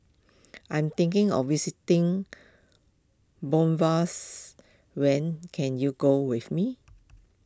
I'm thinking of visiting when can you go with me